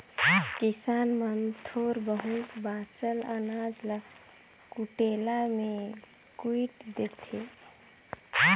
किसान मन थोर बहुत बाचल अनाज ल कुटेला मे कुइट देथे